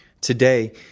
Today